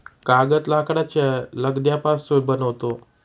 कागद लाकडाच्या लगद्यापासून बनतो